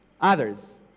others